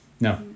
no